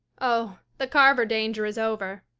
oh, the carver danger is over.